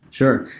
sure.